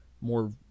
more